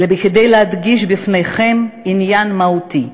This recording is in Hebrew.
אלא כדי להדגיש בפניכם עניין מהותי,